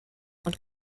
und